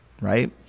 Right